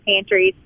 pantries